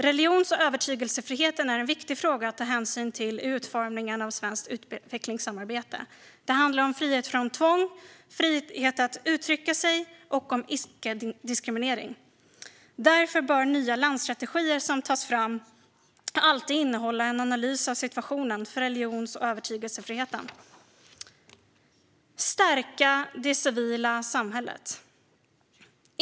Religions och övertygelsefriheten är en viktig fråga att ta hänsyn till i utformningen av svenskt utvecklingssamarbete. Det handlar om frihet från tvång, om frihet att uttrycka sig och om icke-diskriminering. Därför bör nya landstrategier som tas fram alltid innehålla en analys av situationen för religions och övertygelsefriheten. Vi vill stärka det civila samhället.